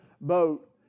boat